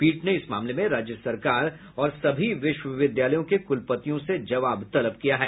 पीठ ने इस मामले में राज्य सरकार और सभी विश्वविद्यालयों के कुलपतियों से जवाब तलब किया है